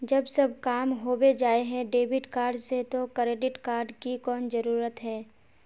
जब सब काम होबे जाय है डेबिट कार्ड से तो क्रेडिट कार्ड की कोन जरूरत है?